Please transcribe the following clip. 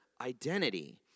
identity